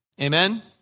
Amen